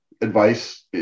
advice